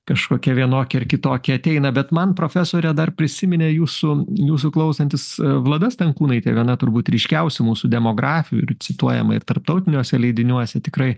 kažkokia vienokia ar kitokia ateina bet man profesorė dar prisiminė jūsų jūsų klausantis vlada stankūnaitė viena turbūt ryškiausių mūsų demografių ir cituojama ir tarptautiniuose leidiniuose tikrai